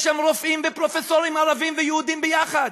יש שם רופאים ופרופסורים ערבים ויהודים ביחד,